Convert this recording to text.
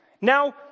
now